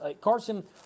Carson